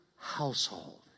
Household